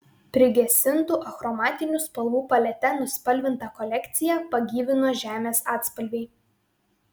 prigesintų achromatinių spalvų palete nuspalvintą kolekciją pagyvino žemės atspalviai